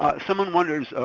ah someone wonders,